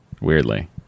weirdly